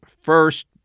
first